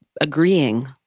agreeing